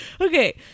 Okay